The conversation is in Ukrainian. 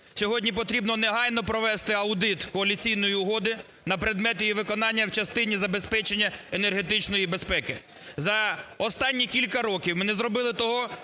Сьогодні треба негайно провести аудит Коаліційної угоди на предмет її виконання в частині забезпечення енергетичної безпеки. За останні кілька років ми не зробили того,